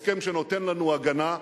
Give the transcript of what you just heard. הסכם שנותן לנו הגנה,